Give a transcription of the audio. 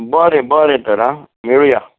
बरें बरें तर हां मेळुया